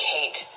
Kate